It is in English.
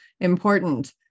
important